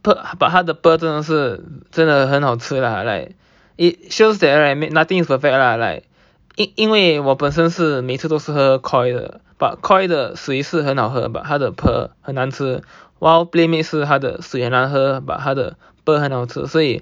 but 它的 pearl 真的是真的很好吃 lah like it shows that right nothing is perfect lah like 因因为我本身是每次都是喝 Koi but Koi 的水是很好喝 but 它的 pearl 很难吃 while Playmade 是它的水很难喝 but 它的 pearl 很好吃所以